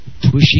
pushing